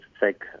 take